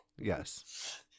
Yes